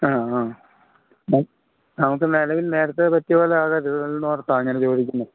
ആ ആ നമുക്ക് നിലവിൽ നേരത്തെ പറ്റിയതുപോലെയാകരുത് എന്നോർത്താണ് അങ്ങനെ ചോദിക്കുന്നത്